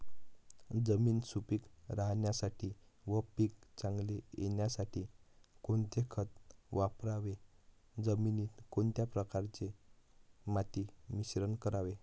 जमीन सुपिक राहण्यासाठी व पीक चांगले येण्यासाठी कोणते खत वापरावे? जमिनीत कोणत्या प्रकारचे माती मिश्रण करावे?